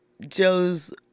Joe's